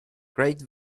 great